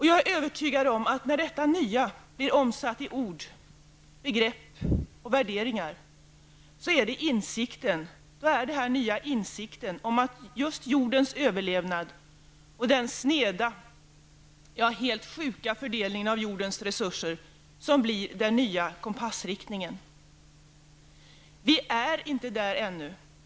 Jag är övertygad om att när detta nya blir omsatt i ord, begrepp och värderingar, är det denna nya insikt om att just jordens överlevnad och den sneda, ja helt sjuka, fördelningen av jordens tillgångar som blir den nya kompassriktningen. Vi är inte där ännu.